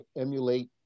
emulate